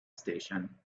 station